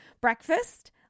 breakfast